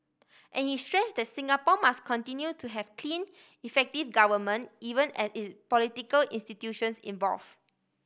and he stress that Singapore must continue to have clean effective government even as its political institutions evolve